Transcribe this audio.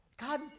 God